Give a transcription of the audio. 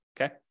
Okay